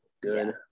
Good